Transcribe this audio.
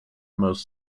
most